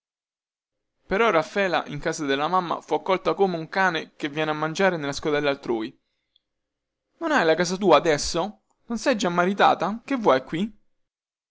però raffaela in casa della mamma fu accolta come un cane che viene a mangiare nella scodella altrui non hai la tua casa adesso non sei già maritata che vuoi qui